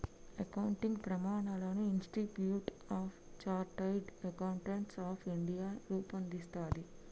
accounting ప్రమాణాలను Institute of Chartered Accountants of India రూపొందిస్తది